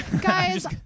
Guys